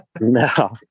No